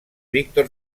víctor